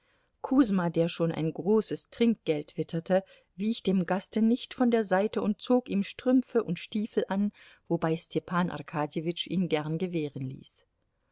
kusma der schon ein großes trinkgeld witterte wich dem gaste nicht von der seite und zog ihm strümpfe und stiefel an wobei stepan arkadjewitsch ihn gern gewähren ließ